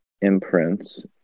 imprints